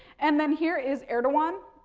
and then here is erdogan.